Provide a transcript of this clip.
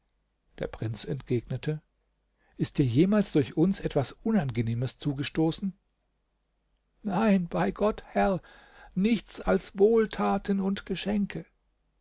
der prinz entgegnete ist dir jemals durch uns etwas unangenehmes zugestoßen nein bei gott herr nichts als wohltaten und geschenke